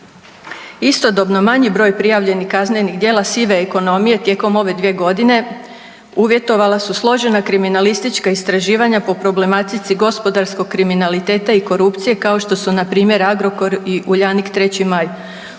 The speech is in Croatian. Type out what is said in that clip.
Istodobno manji broj prijavljenih kaznenih djela sive ekonomije tijekom dvije godine uvjetovala su složena kriminalistička istraživanja po problematici gospodarskog kriminaliteta i korupcije kao što su npr. Agrokor i Uljanik, 3.maj u kojima